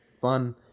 fun